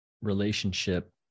relationship